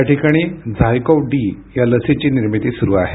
याठिकाणी ZyCoV D या लसीची निर्मिती सुरू आहे